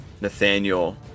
Nathaniel